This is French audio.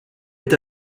est